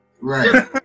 right